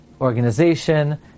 organization